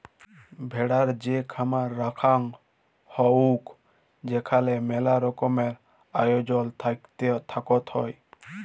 ভেড়ার যে খামার রাখাঙ হউক সেখালে মেলা রকমের আয়জল থাকত হ্যয়